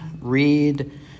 read